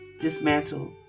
dismantle